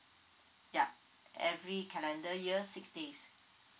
yup every calendar year sixty